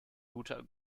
gute